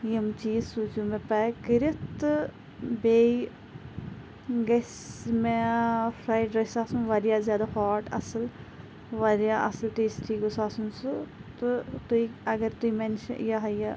یِم چیٖز سوٗزِو مےٚ پیک کٔرِتھ تہٕ بیٚیہِ گژھِ مےٚ فرٛایڈ رایس آسُن واریاہ زیادٕ ہاٹ اَصٕل واریاہ اَصٕل ٹیسٹی گوٚژھ آسُن سُہ تہٕ تُہۍ اگر تُہۍ مٮ۪نشَن یہِ ہہ یہِ